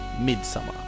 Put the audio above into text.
Midsummer